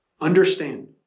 Understand